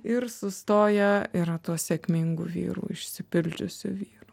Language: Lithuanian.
ir sustoja yra tuo sėkmingu vyru išsipildžiusiu vyru